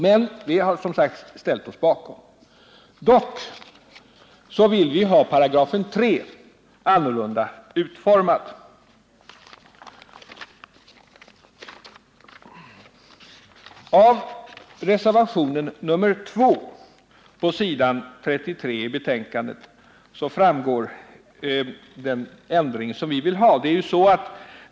Men vi har som sagt ställt oss bakom förslaget. Vi vill dock ha 3 § annorlunda utformad. Av reservationen 2 på s. 33 i betänkandet framgår den ändring som vi vill ha till stånd.